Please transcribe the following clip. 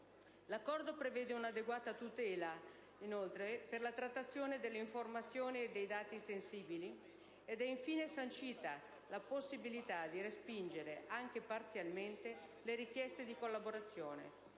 L'Accordo prevede un'adeguata tutela per la trattazione delle informazioni e dei dati sensibili ed è infine sancita la possibilità di respingere, anche parzialmente, le richieste di collaborazione,